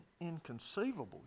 inconceivable